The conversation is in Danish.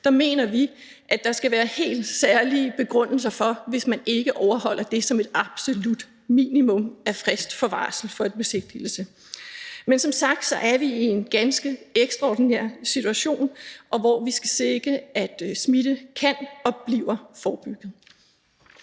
Der mener vi, at der skal være en helt særlig begrundelse for det, hvis man ikke overholder dette som et absolut minimum i forhold til frist for varsel om en besigtigelse. Men som sagt er vi i en ganske ekstraordinær situation, hvor vi skal sikre, at smitte kan og vil blive forebygget.